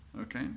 Okay